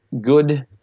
good